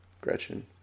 Gretchen